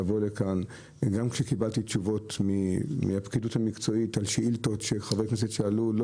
גם כשקיבלתי תשובות מהפקידות המקצועית על שאילתות ששאלו חברי הכנסת,